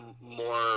more